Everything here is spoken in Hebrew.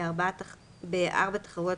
ויש עוד הרבה מאוד דברים,